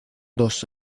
dos